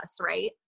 right